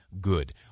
good